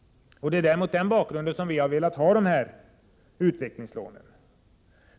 Det är mot denna bakgrund vi har velat ha dessa utvecklingslån.